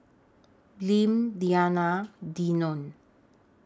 Lim Denan Denon